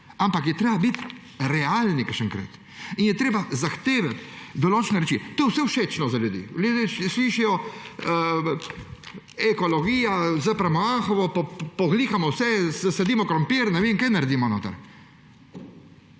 ampak je treba biti realen, kakšenkrat in je treba zahtevati določene reči. To je vse všečno za ljudi. Ljudje radi slišijo, ekologija, zapremo Anhovo, poravnamo vse, zasadimo krompir in ne vem kaj naredimo tam.